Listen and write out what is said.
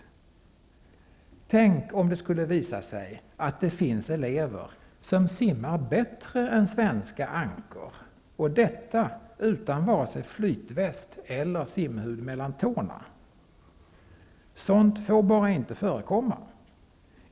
Tänk om det skulle visa sig att det finns elever som simmar bättre än svenska ankor, och detta utan vare sig flytväst eller simhud mellan tårna! Sådant får bara inte förekomma.